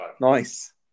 Nice